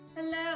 Hello